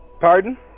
Pardon